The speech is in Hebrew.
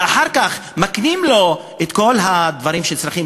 ואחר כך מקנים לו את כל הדברים שצריכים